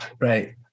right